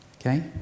Okay